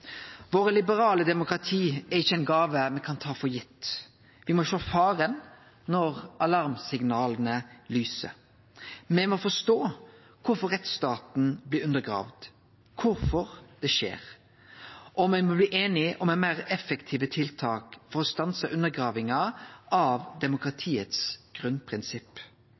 Våre liberale demokrati er ikkje ei gåve me kan ta for gitt. Me må sjå faren når alarmsignala lyser. Me må forstå kvifor rettsstaten blir undergraven, kvifor det skjer. Me må bli einige om meir effektive tiltak for å stanse undergravinga av